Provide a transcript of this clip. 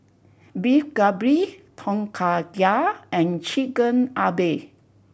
Beef Galbi Tom Kha Gai and Chigenabe